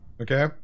Okay